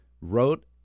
wrote